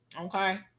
Okay